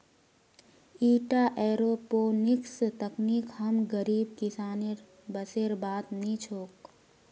ईटा एयरोपोनिक्स तकनीक हम गरीब किसानेर बसेर बात नी छोक